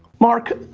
mark,